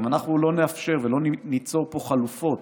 אם אנחנו לא נאפשר ולא ניצור פה חלופות